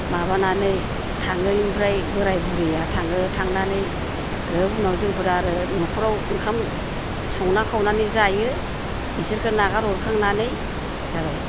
माबानानै थाङो ओमफ्राय बोराय बुरैया थाङो थांनानै ग्रोब उनाव जोंफोर आरो न'फ्राव ओंखाम संना खावनानै जायो इसोरखो नागार हरखांनानै जाबाय